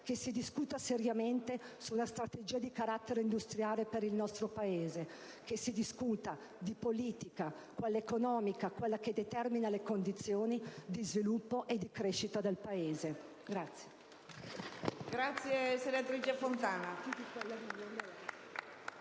che si discuta seriamente sulla strategia industriale per il nostro Paese, che si discuta di politica economica, quella che determina le condizioni di sviluppo e di crescita del Paese.